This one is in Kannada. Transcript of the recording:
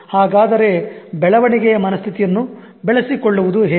ಹಾಗಾದರೆ ಬೆಳವಣಿಗೆಯ ಮನಸ್ಥಿತಿಯನ್ನು ಬೆಳೆಸಿಕೊಳ್ಳುವುದು ಹೇಗೆ